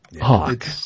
Hawk